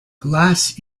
glass